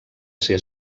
ser